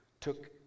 took